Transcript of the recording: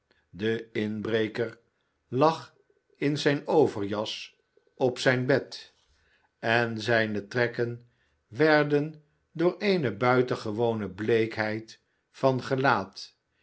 de inbreker lag in zijne overjas op zijn bed en zijne trekken werden door eene buitengewone bleekheid van gelaat